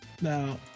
Now